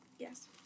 Yes